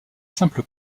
simple